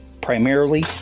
primarily